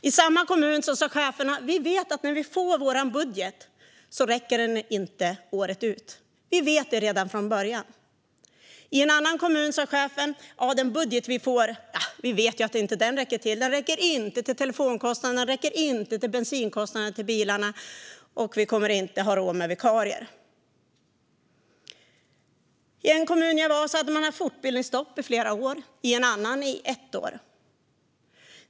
I samma kommun sa cheferna: När vi får vår budget vet vi redan från början att den inte räcker året ut. I en annan kommun sa chefen: Vi vet att vår budget inte räcker till - den räcker inte till telefonkostnaderna eller till bensinkostnaden för bilarna, och vi kommer inte att ha råd med vikarier. I en kommun som jag besökte hade man haft fortbildningsstopp i flera år, i en annan i ett år.